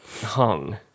hung